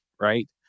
right